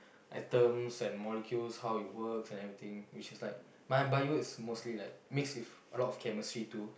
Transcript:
atoms and molecules how it works and everything which is like my bio is mostly like mixed with a lot of chemistry too